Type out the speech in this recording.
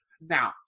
Now